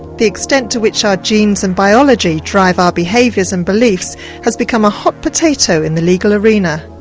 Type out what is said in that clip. the extent to which our genes and biology drive our behaviours and beliefs has become a hot potato in the legal arena.